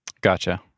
Gotcha